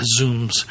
zooms